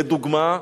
לדוגמה,